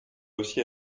aussi